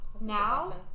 now